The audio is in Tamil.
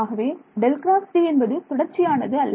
ஆகவே ∇× T என்பது தொடர்ச்சியானது அல்ல